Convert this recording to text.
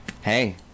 Hey